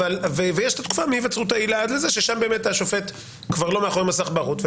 יש את התקופה מהיווצרות העילה ושם באמת השופט כבר לא מאחורי מסך בערות.